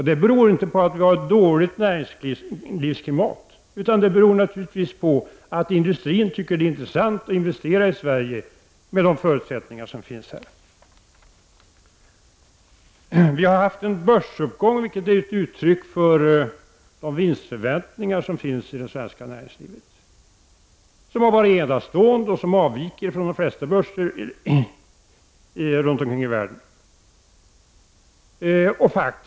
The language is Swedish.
Det beror inte på att vi har ett dåligt näringslivsklimat, utan det beror naturligtvis på att industrin tycker att det är intressant att investera i Sverige, med de förutsättningar som här finns. Vi har haft en börsuppgång, vilket är ett uttryck för de vinstförväntningar som finns i det svenska näringslivet, som har varit enastående och som avviker från utvecklingen på de flesta börser runt omkring i världen.